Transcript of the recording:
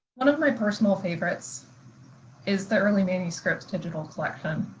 one of my personal favorites is the early manuscripts digital collection.